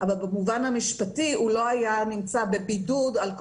ובמקום "אם שוכנעו" יבוא "לתקופות נוספות